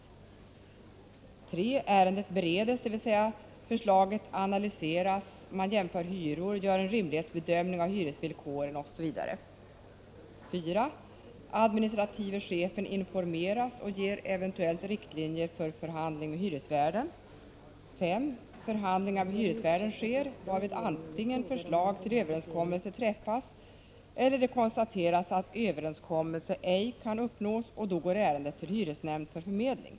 3. Ärendet bereds, dvs. förslaget analyseras, man jämför hyror, gör en rimlighetsbedömning av hyresvillkoren etc. 4. Administrative chefen informeras och ger eventuellt riktlinjer för förhandling med hyresvärden. 5. Förhandlingar med hyresvärden sker, varvid antingen förslag till överenskommelse träffas eller det konstateras att överenskommelse ej kan uppnås, och då går ärendet till hyresnämnd för medling.